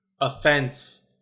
offense